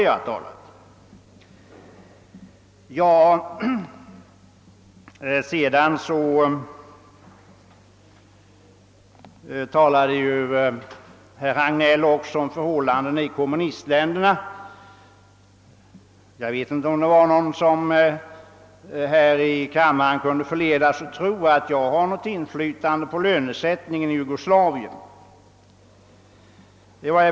Herr Hagnell talade också om förhållandena i kommunistländerna. Jag vet inte om det var någon här i kammaren som kunde förledas att tro att jag har något inflytande på lönesättningen i Jugoslavien.